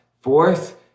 fourth